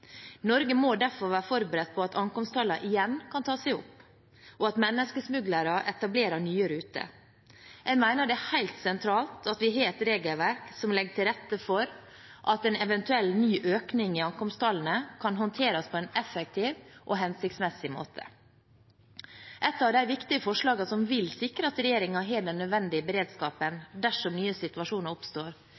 Norge må derfor være forberedt på at ankomsttallene igjen kan ta seg opp, og at menneskesmuglere etablerer nye ruter. Jeg mener det er helt sentralt at vi har et regelverk som legger til rette for at en eventuell ny økning i ankomsttallene kan håndteres på en effektiv og hensiktsmessig måte. Et av de viktige forslagene som vil sikre at regjeringen har den nødvendige beredskapen dersom nye situasjoner oppstår,